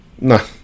No